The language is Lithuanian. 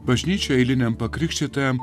bažnyčia eiliniam pakrikštytajam